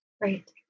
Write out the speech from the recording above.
Right